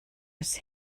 was